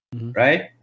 right